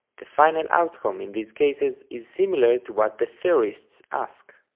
the final outcome in these cases is similar to what the theorists ask.